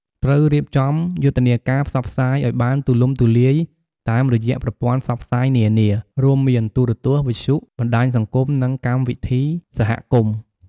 ត្រូវរៀបចំយុទ្ធនាការផ្សព្វផ្សាយឱ្យបានទូលំទូលាយតាមរយៈប្រព័ន្ធផ្សព្វផ្សាយនានា រួមមានទូរទស្សន៍ វិទ្យុ បណ្តាញសង្គម និងកម្មវិធីសហគមន៍។